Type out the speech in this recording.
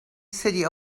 city